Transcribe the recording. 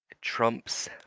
Trump's